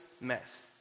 mess